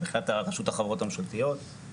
מבחינת רשות החברות הממשלתיות,